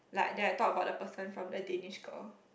like that I talk about the person from the Danish Girl